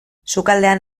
sukaldean